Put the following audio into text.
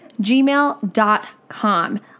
gmail.com